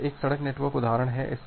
तो यह एक सड़क नेटवर्क उदाहरण है